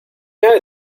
know